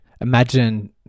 Imagine